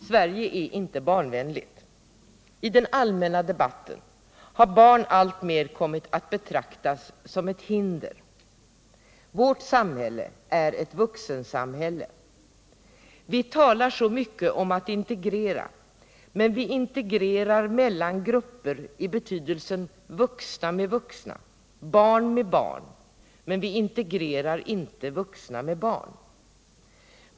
Sverige är inte barnvänligt. I den allmänna debatten har barn alltmer kommit att betraktas som ett hinder. Vårt samhälle är ett vuxensamhälle. Vi talar så mycket om att integrera, men vi integrerar mellan grupper i betydelsen vuxna med vuxna, barn med barn. Vi integrerar inte vuxna med barn.